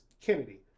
Kennedy